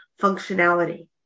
functionality